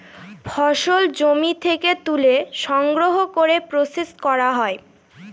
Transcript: ফসল জমি থেকে তুলে সংগ্রহ করে প্রসেস করা হয়